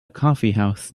coffeehouse